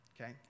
Okay